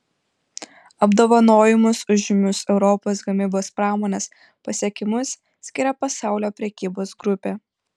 apdovanojimus už žymius europos gamybos pramonės pasiekimus skiria pasaulio prekybos grupė